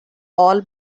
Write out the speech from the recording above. all